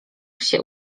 się